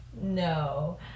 no